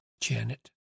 Janet